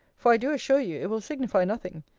for i do assure you, it will signify nothing.